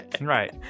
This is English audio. Right